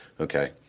Okay